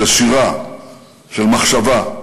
של שירה, של מחשבה.